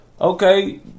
okay